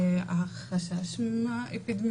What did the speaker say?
החשש האפידמיולוגי.